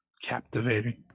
captivating